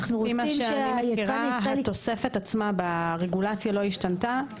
לפי מה שאני מכירה התוספת עצמה ברגולציה לא השתנתה.